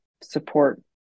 support